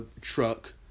truck